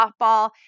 softball